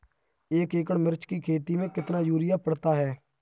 एक एकड़ मिर्च की खेती में कितना यूरिया पड़ता है?